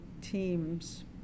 team's